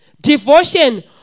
Devotion